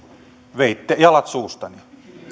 veitte jalat suustani